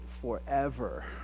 forever